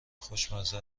خوشمزه